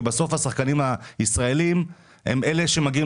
כי בסוף השחקנים הישראלים הם אלה שמגיעים